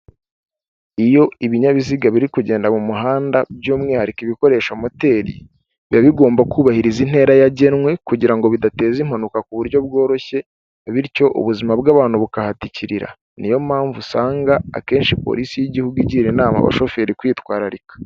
Iyo ibinyabiziga biri kugenda mu muhanda by'umwihariko ibikoresha moteri, biba bigomba kubahiriza intera yagenwe kugira ngo bidateza impanuka ku buryo bworoshye bityo ubuzima bw'abantu bukahatikirira, niyo mpamvu usanga akenshi Polisi y'Igihugu igira inama abashoferi kwitwararika.